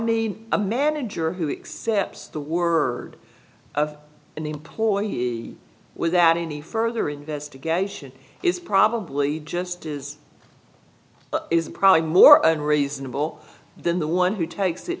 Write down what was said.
need a manager who accepts the word of an employee without any further investigation is probably just is is probably more unreasonable than the one who takes it